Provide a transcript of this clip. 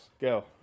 go